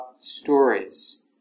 stories